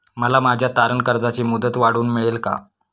मला माझ्या तारण कर्जाची मुदत वाढवून मिळेल का?